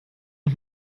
und